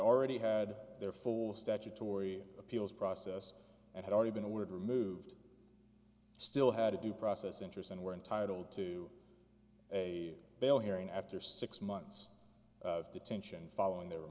already had their full statutory appeals process and had already been awarded removed still had a due process interest and were entitled to a bail hearing after six months of detention following their